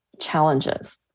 Challenges